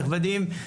נכבדים,